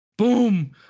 Boom